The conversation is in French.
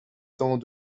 temps